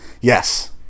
Yes